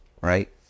Right